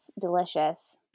delicious